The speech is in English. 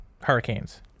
Hurricanes